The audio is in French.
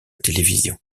télévision